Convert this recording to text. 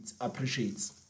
appreciates